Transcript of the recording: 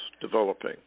developing